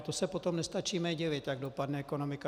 To se potom nestačíme divit, jak dopadne ekonomika.